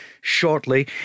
shortly